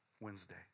Wednesday